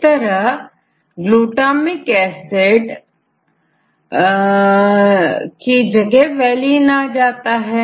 इस तरह glutamic acid की जगहvaline आ जाएगा